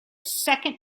second